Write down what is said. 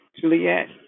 Juliet